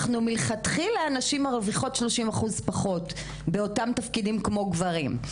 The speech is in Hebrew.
מלכתחילה נשים מרוויחות 30% פחות באותם תפקידים כמו גברים.